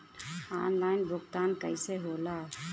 Online भुगतान कईसे होला?